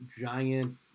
giant